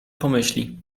pomyśli